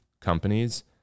companies